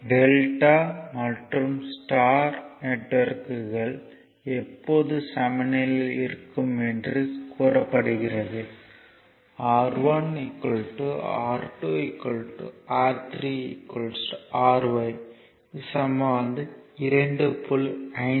delta மற்றும் star நெட்வொர்க்குகள் எப்போது சமநிலையில் இருக்கும் என்று கூறப்படுகிறது R1 R2 R3 Ry 2